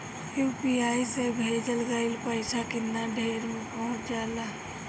UPI से भेजल गईल पईसा कितना देर में पहुंच जाला?